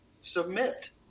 submit